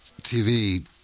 TV